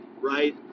right